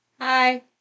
Hi